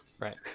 Right